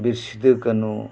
ᱵᱤᱨ Sidhu ᱠᱟᱹᱱᱩ